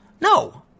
No